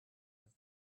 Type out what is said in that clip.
have